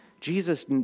Jesus